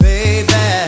Baby